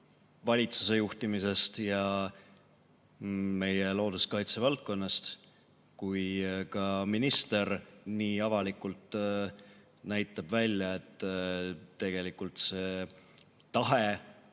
valitsuse juhtimisest ja meie looduskaitsevaldkonnast, kui ka minister nii avalikult näitab välja, et tegelikult see tahe